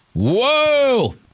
Whoa